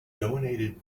donated